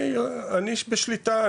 אני איש בשליטה,